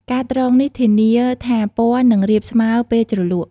ការត្រងនេះធានាថាពណ៌នឹងរាបស្មើពេលជ្រលក់។